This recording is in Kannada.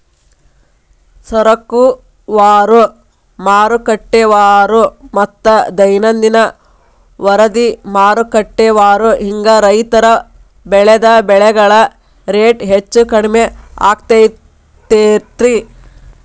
ಸರಕುವಾರು, ಮಾರುಕಟ್ಟೆವಾರುಮತ್ತ ದೈನಂದಿನ ವರದಿಮಾರುಕಟ್ಟೆವಾರು ಹಿಂಗ ರೈತ ಬೆಳಿದ ಬೆಳೆಗಳ ರೇಟ್ ಹೆಚ್ಚು ಕಡಿಮಿ ಆಗ್ತಿರ್ತೇತಿ